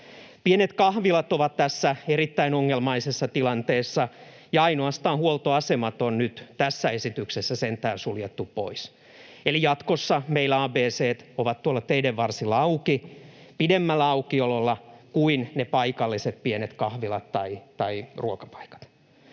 Pienet kahvilat ovat tässä erittäin ongelmaisessa tilanteessa, ja ainoastaan huoltoasemat on nyt tässä esityksessä sentään suljettu pois, eli jatkossa meillä ABC:t ovat teiden varsilla auki pidemmällä aukiololla kuin ne paikalliset pienet kahvilat tai ruokapaikat.